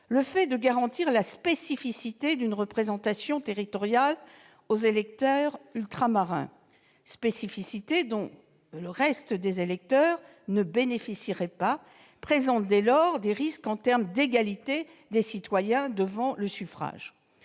ultramarine. Garantir la spécificité d'une représentation territoriale aux électeurs ultramarins, spécificité dont le reste des électeurs ne bénéficieraient pas, présente des risques en termes d'égalité des citoyens devant le suffrage.